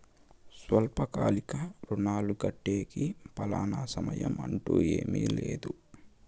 స్వల్పకాలిక రుణాలు కట్టేకి ఫలానా సమయం అంటూ ఏమీ లేదు